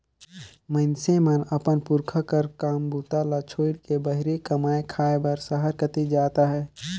मइनसे मन अपन पुरखा कर काम बूता ल छोएड़ के बाहिरे कमाए खाए बर सहर कती जात अहे